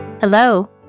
Hello